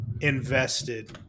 invested